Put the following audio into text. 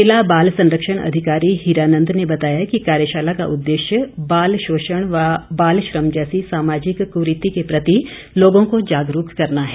जिला बाल संरक्षण अधिकारी हीरानंद ने बताया कि कार्यशाला का उददेश्य बाल शोषण व बाल श्रम जैसी सामाजिक करीति के प्रति लोगों को जागरूक करना है